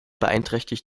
beeinträchtigt